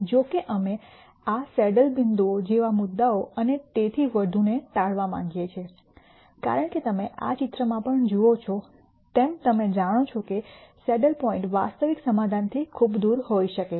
જો કે અમે આ સેડલ બિંદુઓ જેવા મુદ્દાઓ અને તેથી વધુને ટાળવા માંગીએ છીએ કારણ કે તમે આ ચિત્રમાં પણ જુઓ છો તેમ તમે જાણો છો કે સેડલ પોઇન્ટ વાસ્તવિક સમાધાનથી ખૂબ દૂર હોઈ શકે છે